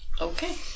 Okay